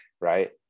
right